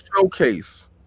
showcase